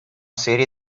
serie